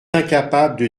incapable